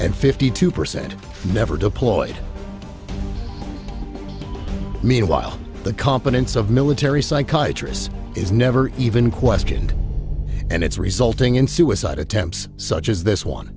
and fifty two percent never deployed meanwhile the competence of military psychologists is never even questioned and it's resulting in suicide attempts such as this one